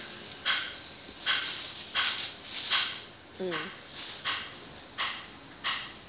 mm